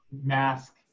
mask